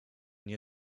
nie